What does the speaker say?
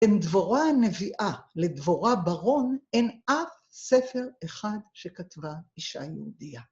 ‫בין דבורה הנביאה לדבורה בארון, ‫אין אף ספר אחד שכתבה אישה יהודייה.